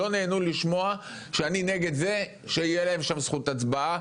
לא נהנו לשמוע שאני נגד זה שתהיה להם שם זכות הצבעה,